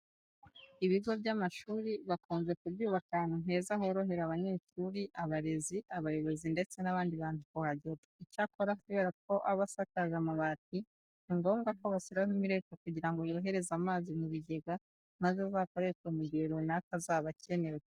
Ibigo by'amashuri bakunze kubyubaka ahantu heza horohera abanyeshuri, abarezi, abayobozi ndetse n'abandi bantu kuhagera. Icyakora kubera ko aba asakaje amabati ni ngombwa ko bashyiraho imireko kugira ngo yohereze amazi mu bigega maze azakoreshwe mu gihe runaka azaba akenewe.